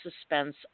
suspense